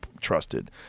trusted